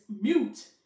mute